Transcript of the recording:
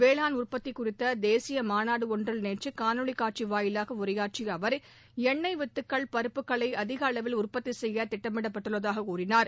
வேளாண் உற்பத்தி குறித்த தேசிய மாநாடு ஒன்றில் நேற்று காணொளி காட்சி வாயிலாக உரையாற்றிய அவர் எண்ணெய் வித்துகள் பருப்புகளை அதிக அளவில் உற்பத்தி செய்ய திட்டமிடப்பட்டுள்ளதாக கூறினார்